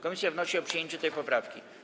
Komisja wnosi o przyjęcie tej poprawki.